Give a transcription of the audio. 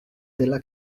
della